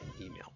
email